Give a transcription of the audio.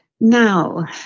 Now